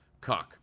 cuck